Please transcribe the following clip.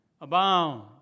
Abound